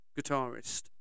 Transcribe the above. guitarist